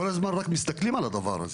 כל הזמן הזה רק מסתכלים על הדבר הזה.